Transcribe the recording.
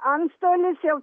antstolis jau